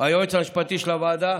היועץ המשפטי של הוועדה,